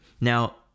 Now